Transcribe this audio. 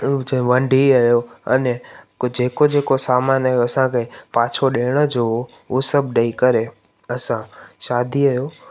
जो अने जेको जेको पोइ सामान जो असांखे पाछो ॾियण जो हो उहो सभु ॾेई करे असां शादीअ जो